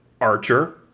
archer